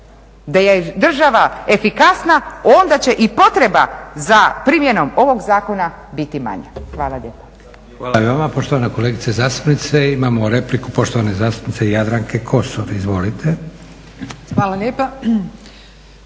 da je država efikasna, onda će i potreba za primjenom ovog zakona biti manja. Hvala lijepa.